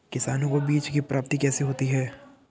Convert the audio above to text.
किसानों को बीज की प्राप्ति कैसे होती है?